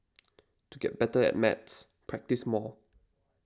to get better at maths practise more